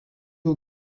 aux